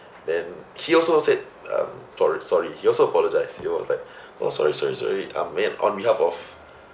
then he also said um for sorry he also apologised he was like oh sorry sorry sorry um man on behalf of